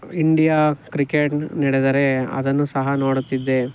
India cricket ನಡೆದರೆ ಅದನ್ನೂ ಸಹ ನೋಡುತ್ತಿದ್ದೆ